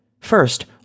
first